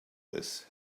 this